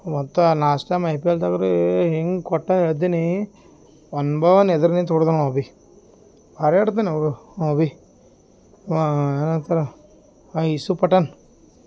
ಮತ್ತೆ last time I P ಎಲ್ದಾಗ್ರೀ ಹೆಂಗೆ ಕೊಟ್ಟ ಹೇಳ್ದಿನೀ ಒನ್ ಬಾಲ್ ಎದ್ರು ನಿಂತು ಹೊಡ್ದಾನ ಅವ ಬಿ ಭಾರಿ ಆಡ್ತಾನೆ ಅವ ಬಿ ಏನು ಅಂತಾರೆ ಯೂಸುಫ್ ಪಟಾಣ್